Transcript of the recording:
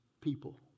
people